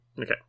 Okay